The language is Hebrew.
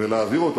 ולהעביר אותו,